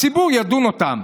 הציבור ידון אותם.